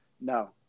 no